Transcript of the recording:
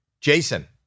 Jason